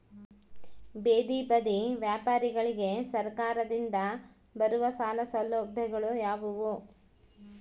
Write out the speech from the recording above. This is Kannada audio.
ಬೇದಿ ಬದಿ ವ್ಯಾಪಾರಗಳಿಗೆ ಸರಕಾರದಿಂದ ಬರುವ ಸಾಲ ಸೌಲಭ್ಯಗಳು ಯಾವುವು?